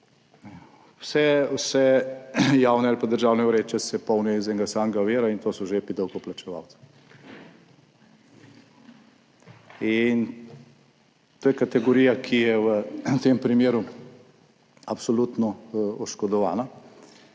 Vse javne ali pa državne vreče se polnijo iz enega samega vira, in to so žepi davkoplačevalcev. In to je kategorija, ki je v tem primeru absolutno oškodovana.